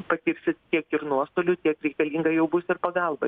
patirsit tiek ir nuostolių tiek reikalinga jau bus ir pagalba